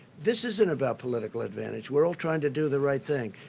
this isn't about political advantage. we're all trying to do the right thing.